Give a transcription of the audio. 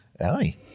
aye